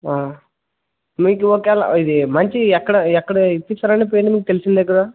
మీకు ఒకవేళ ఇది మంచి ఎక్కడ ఎక్కడ ఇపిస్తారు అండి పెయింట్లు మీకు తెలిసిన దగ్గర